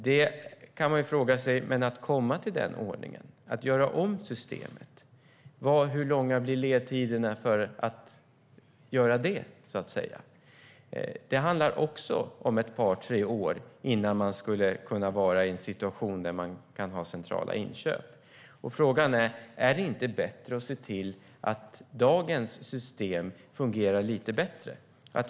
Men kan fråga sig hur långa ledtiderna blir för att komma till den ordningen och göra om systemet. Det handlar också om ett par tre år innan man skulle kunna vara i en situation där man kan ha centrala inköp. Frågan är: Är det inte bättre att se till att dagens system fungerar lite bättre?